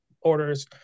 orders